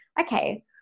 okay